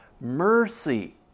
mercy